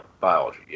Biology